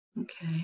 Okay